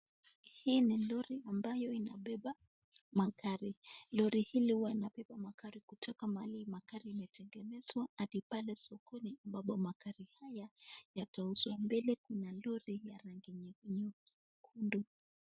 Hii ni lori ambayo inabeba magari, lori hili huwa inabeba magari kutoka mahali magari hii imetengenezewa, hadi pale sokoni ambayo magari haya yatauzwa. Mbele kuna lori nyekundu.